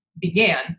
began